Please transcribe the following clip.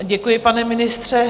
Děkuji, pane ministře.